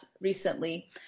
recently